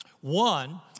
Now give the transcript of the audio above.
one